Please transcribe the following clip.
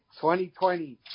2020